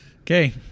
Okay